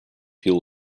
hill